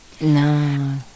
No